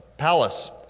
palace